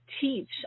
teach